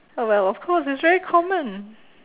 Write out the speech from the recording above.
oh well of course it's very common